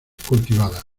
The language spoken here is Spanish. cultivada